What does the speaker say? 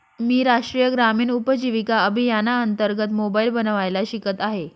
मी राष्ट्रीय ग्रामीण उपजीविका अभियानांतर्गत मोबाईल बनवायला शिकत आहे